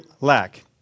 lack